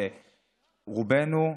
שרובנו,